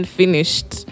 finished